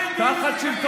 אה, אתה רוצה לשרן?